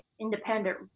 independent